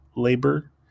labor